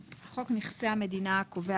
"חוק נכסי המדינה קובע